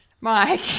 Mike